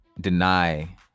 deny